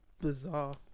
bizarre